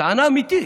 טענה אמיתית.